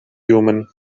human